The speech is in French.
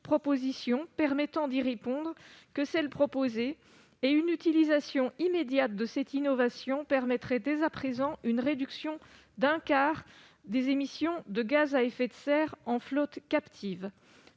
solution permettant d'y répondre que celle ici proposée : une utilisation immédiate de cette innovation permettrait, dès à présent, une réduction d'un quart des émissions de gaz à effet de serre en flottes captives.